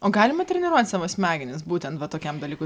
o galima treniruot savo smegenis būtent tokiam dalykui